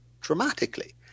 dramatically